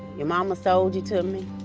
your mama sold you to me.